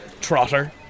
trotter